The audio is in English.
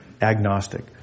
agnostic